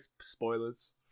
spoilers